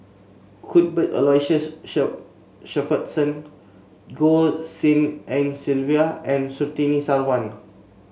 Cuthbert Aloysius Shepherdson Goh Tshin En Sylvia and Surtini Sarwan